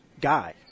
guy